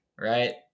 right